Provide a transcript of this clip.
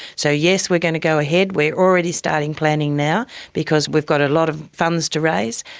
so yes, we are going to go ahead, we are already starting planning now because we've got a lot of funds to raise.